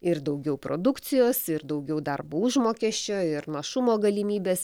ir daugiau produkcijos ir daugiau darbo užmokesčio ir našumo galimybės